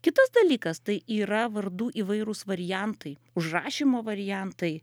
kitas dalykas tai yra vardų įvairūs variantai užrašymo variantai